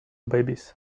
babies